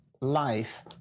life